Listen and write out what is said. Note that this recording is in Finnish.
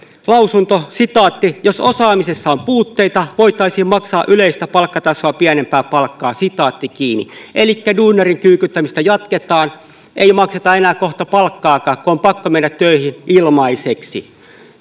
lausunto jos osaamisessa on puutteita voitaisiin maksaa yleistä palkkatasoa pienempää palkkaa elikkä duunarin kyykyttämistä jatketaan ei makseta kohta palkkaakaan kun on pakko mennä töihin ilmaiseksi